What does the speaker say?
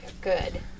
good